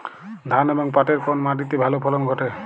ধান এবং পাটের কোন মাটি তে ভালো ফলন ঘটে?